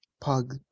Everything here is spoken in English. pug